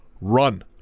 run